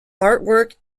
artwork